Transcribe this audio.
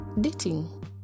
Dating